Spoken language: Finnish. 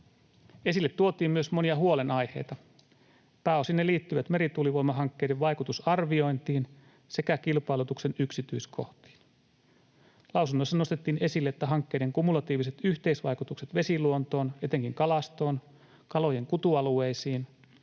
Esille tuotiin myös monia huolenaiheita. Pääosin ne liittyivät merituulivoimahankkeiden vaikutusarviointiin sekä kilpailutuksen yksityiskohtiin. Lausunnoissa nostettiin esille, että hankkeiden kumulatiiviset yhteisvaikutukset vesiluontoon, etenkin kalastoon, kalojen kutualueisiin